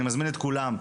אני מזמין את כולם,